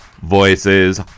voices